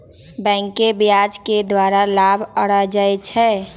बैंके ब्याज के द्वारा लाभ अरजै छै